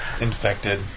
Infected